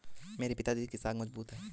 मेरे पिताजी की साख मजबूत है